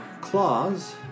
Claws